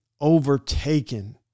overtaken